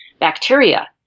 Bacteria